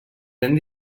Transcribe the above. ben